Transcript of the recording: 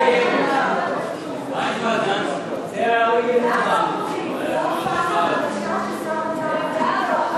סיעת בל"ד להביע אי-אמון בממשלה לא נתקבלה.